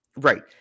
Right